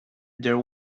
there